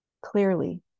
Clearly